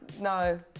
No